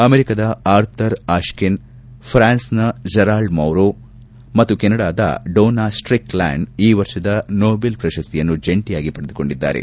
ಅಮೆರಿಕದ ಆರ್ಥರ್ ಆಕ್ಷೆನ್ ಪ್ರಾನ್ಸ್ನ ಯೆರಾರ್ಡ್ ಮೌಝರಾಲ್ಡ್ ಮತ್ತು ಕೆನಡಾದ ಡೋನ್ಸಾ ಸ್ಲಿಕ್ಲ್ಲಾಂಡ್ ಈ ವರ್ಷದ ನೊಬೆಲ್ ಪ್ರಶಸ್ತಿಯನ್ನ ಜಂಟಿಯಾಗಿ ಪಡೆದುಕೊಂಡಿದ್ದಾರೆ